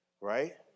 right